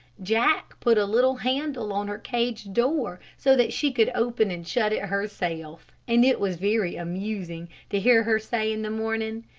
jack put a little handle on her cage door so that she could open and shut it herself, and it was very amusing to hear her say in the morning,